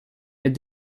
est